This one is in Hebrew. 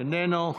איננו.